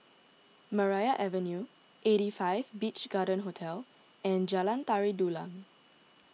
Maria Avenue eighty five Beach Garden Hotel and Jalan Tari Dulang